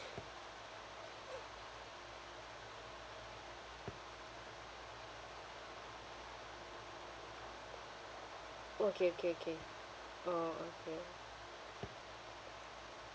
okay K K K oh okay